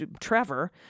Trevor